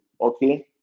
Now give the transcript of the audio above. okay